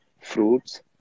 Fruits